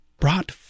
brought